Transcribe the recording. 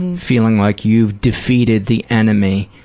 and feeling like you've defeated the enemy,